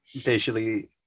visually